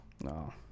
No